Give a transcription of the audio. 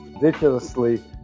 ridiculously